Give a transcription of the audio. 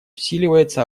усиливается